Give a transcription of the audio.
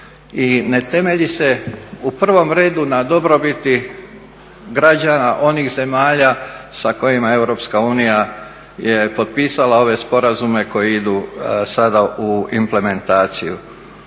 ne temelji se u provom redu na dobrobit građana onih zemalja sa kojima EU je potpisala ove sporazume koje idu sada u implementaciju.